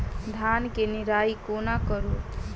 धान केँ निराई कोना करु?